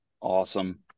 Awesome